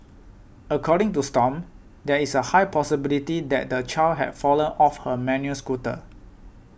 according to Stomp there is a high possibility that the child had fallen off her manual scooter